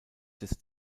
des